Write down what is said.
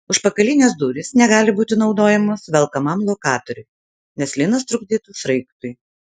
užpakalinės durys negali būti naudojamos velkamam lokatoriui nes lynas trukdytų sraigtui